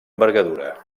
envergadura